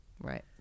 Right